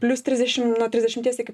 plius trisdešim nuo trisdešimties iki